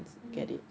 mm